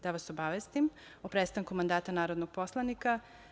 Da vas obavestim o prestanku mandata narodnog poslanika.